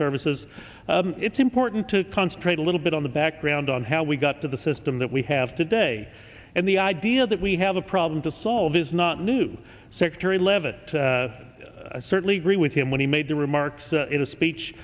services it's important to concentrate a little bit on the background on how we got to the system that we have today and the idea that we have a problem to solve is not new secretary leavitt certainly agree with him when he made the remarks in a speech